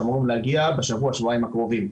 אמורים להגיע בשבוע-שבועיים הקרובים.